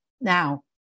Now